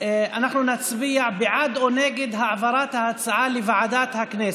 אנחנו נצביע בעד או נגד העברת ההצעה לוועדת הכנסת,